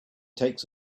takes